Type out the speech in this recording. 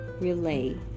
relay